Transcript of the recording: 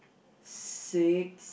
six